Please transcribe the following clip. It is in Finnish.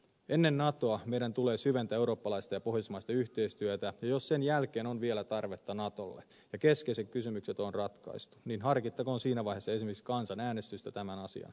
ennen natoa meidän tulee syventää eurooppalaista ja pohjoismaista yhteistyötä ja jos sen jälkeen on vielä tarvetta natolle ja keskeiset kysymykset on ratkaistu niin harkittakoon siinä vaiheessa esimerkiksi kansanäänestystä tämän asian ratkaisemiseksi